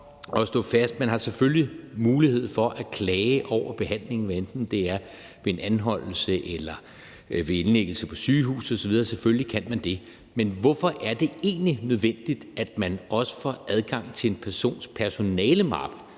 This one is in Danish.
at man selvfølgelig har mulighed for at klage over behandlingen, hvad enten det er ved en anholdelse eller ved en indlæggelse på sygehuset osv. Selvfølgelig kan man det, men hvorfor er det egentlig nødvendigt, at man også får adgang til en persons personalemappe,